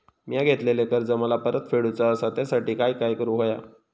मिया घेतलेले कर्ज मला परत फेडूचा असा त्यासाठी काय काय करून होया?